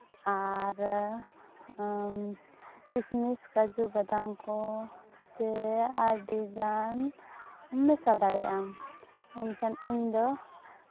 ᱟᱨ ᱠᱤᱥᱢᱤᱥ ᱠᱟᱹᱡᱩ ᱵᱟᱫᱟᱢ ᱠᱚ ᱥᱮ ᱟᱹᱰᱤᱜᱟᱱ ᱢᱮᱥᱟ ᱫᱟᱲᱮᱭᱟᱜ ᱟᱢ ᱮᱱᱠᱷᱟᱱ ᱤᱧᱫᱚ